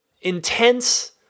intense